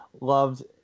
loved